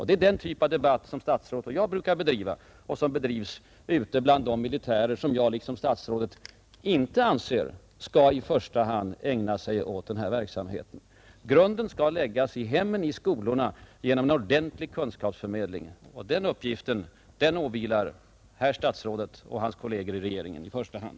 Det är den typ av debatt som statsrådet och jag brukar bedriva och som bedrivs ute bland de militärer som jag, liksom statsrådet, anser inte i första hand skall ägna sig åt den här verksamheten. Grunden skall läggas i hemmen, i skolorna, genom en ordentlig kunskapsförmedling. Den uppgiften åvilar herr statsrådet och hans kolleger i regeringen i första hand.